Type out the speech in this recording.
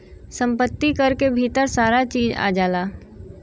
सम्पति कर के भीतर सारा चीज आ जाला